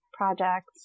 Projects